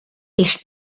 els